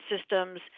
systems